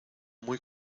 muy